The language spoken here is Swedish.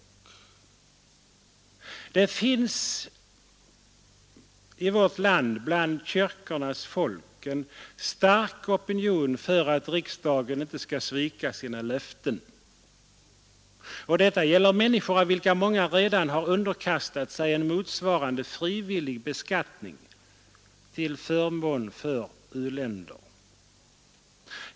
Det finns i vårt land bland kyrkornas folk en stark opinion för att riksdagen inte skall svika sina löften — och detta gäller människor av vilka många redan har underkastat sig en motsvarande frivillig beskattning till förmån för u-länder.